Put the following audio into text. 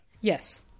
Yes